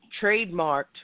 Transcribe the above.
trademarked